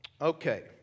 Okay